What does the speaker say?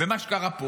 ומה שקרה פה